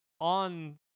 on